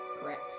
Correct